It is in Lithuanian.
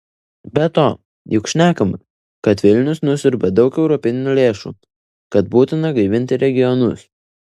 be to juk šnekama kad vilnius nusiurbia daug europinių lėšų kad būtina gaivinti regionus